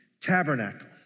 tabernacle